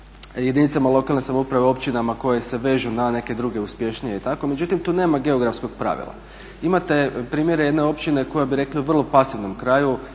jedinicama lokalne samouprave općinama koje se vežu na neke druge uspješnije i tako, međutim tu nema geografskog pravila. Imate primjer jedne općine koja bi rekli u vrlo pasivnom kraju